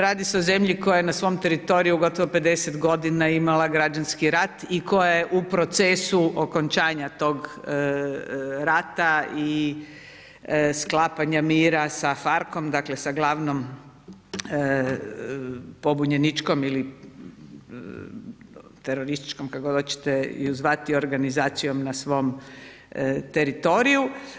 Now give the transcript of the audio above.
Radi se o zemlji koja na svom teritoriju gotovo 50 godina imala građanski rat i koja je u procesu okončanja tog rata i sklapanja mira sa FArkom, dakle sa glavnom pobunjeničkom terorističkom, kako god ju hoćete zvati, organizacijom na svom teritoriju.